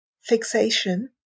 fixation